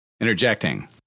interjecting